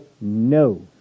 no